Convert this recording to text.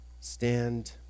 stand